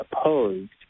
opposed